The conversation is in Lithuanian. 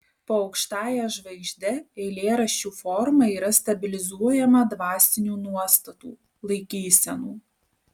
po aukštąja žvaigžde eilėraščių forma yra stabilizuojama dvasinių nuostatų laikysenų